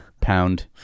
pound